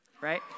right